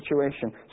situation